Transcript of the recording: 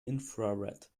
infrared